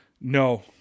no